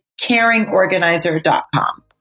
caringorganizer.com